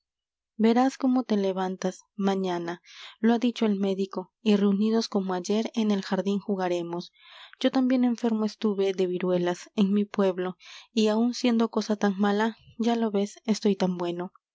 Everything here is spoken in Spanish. verás como te levantas m a ñ a n a lo ha dicho el médico y reunidos como ayer en el j a r d í n jugaremos yo también enfermo estuve de viruelas en m i pueblo y aun siendo cosa tan mala ya lo ves estoy tan bueno